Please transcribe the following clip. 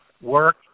work